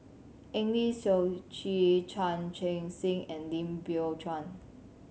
Eng Lee Seok Chee Chan Chun Sing and Lim Biow Chuan